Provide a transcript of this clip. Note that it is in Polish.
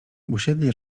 usiedli